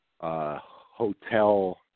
hotel